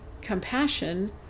compassion